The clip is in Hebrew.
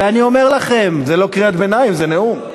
ואני אומר לכם, זה לא קריאת ביניים, זה נאום,